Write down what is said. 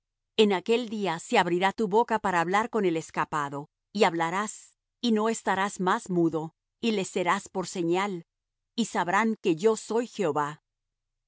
en aquel día se abrirá tu boca para hablar con el escapado y hablarás y no estarás más mudo y les serás por señal y sabrán que yo soy jehová